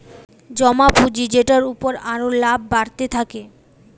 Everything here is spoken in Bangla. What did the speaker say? জমা পুঁজি যেটার উপর আরো লাভ বাড়তে থাকে